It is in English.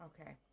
Okay